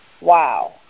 Wow